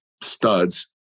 studs